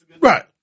Right